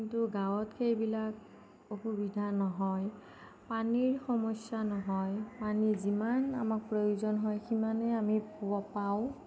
কিন্তু গাঁৱত সেইবিলাক অসুবিধা নহয় পানীৰ সমস্যা নহয় পানী যিমান আমাক প্ৰয়োজন হয় সিমানে আমি পাওঁ